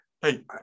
Hey